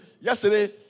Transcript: Yesterday